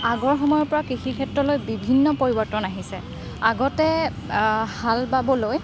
আগৰ সময়ৰ পৰা কৃষিক্ষেত্ৰলৈ বিভিন্ন পৰিৱৰ্তন আহিছে আগতে হাল বাবলৈ